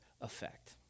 effect